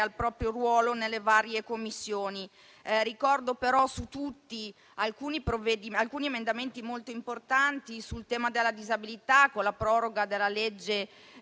al proprio ruolo nelle varie Commissioni. Ricordo però, su tutti, alcuni emendamenti molto importanti sul tema della disabilità, con la proroga della legge